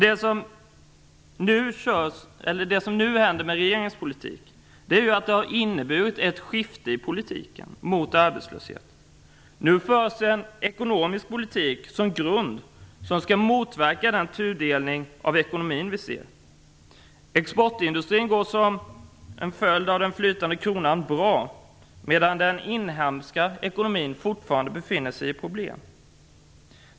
Det som nu har hänt är att regeringens politik har inneburit ett skifte i politiken mot arbetslösheten. Nu förs en ekonomisk politik som grund som skall motverka den tudelning av ekonomin som vi ser. Exportindustrin går som en följd av den flytande kronan bra, medan den inhemska ekonomin fortfarande har problem.